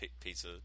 pizza